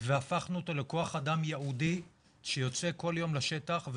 והפכנו אותו לכוח אדם ייעודי שיוצא כל יום לשטח,